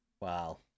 wow